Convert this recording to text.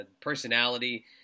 personality